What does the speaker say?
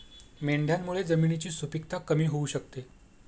मेंढ्यांमुळे जमिनीची सुपीकता कमी होऊ शकते